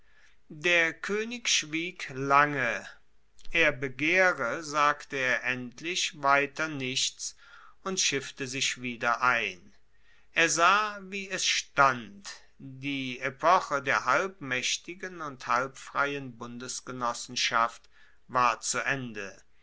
der koenig schwieg lange er begehre sagte er endlich weiter nichts und schiffte sich wieder ein er sah wie es stand die epoche der halbmaechtigen und halbfreien bundesgenossenschaft war zu ende